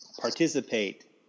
participate